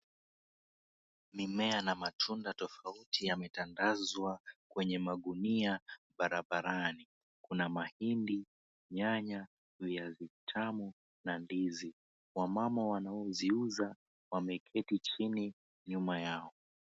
Mimea na matunda tofauti yametandazwa kwenye magunia barabarani. Kuna mahindi, nyanya, viazi vitamu na ndizi. Wamama wanaoziuza wameketi chini nyuma yao.